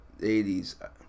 80s